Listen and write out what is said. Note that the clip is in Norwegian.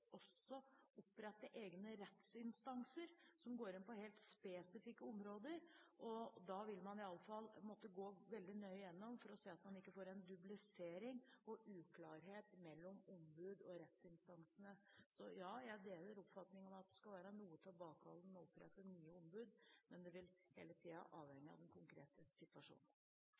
også opprettet egne rettsinstanser som går inn på helt spesifikke områder. Da vil man iallfall måtte gå veldig nøye igjennom for å se at man ikke får en dublisering og en uklarhet mellom ombud og rettsinstansene. Så ja, jeg deler oppfatningen om at en skal være noe tilbakeholden med å opprette nye ombud, men det vil hele tiden avhenge av den konkrete situasjonen.